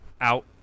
out